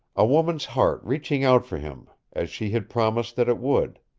a woman's heart reaching out for him as she had promised that it would.